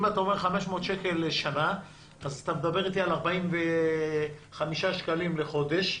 אם אתה אומר 500 שקל לשנה אז מדובר על 45 שקלים לחודש.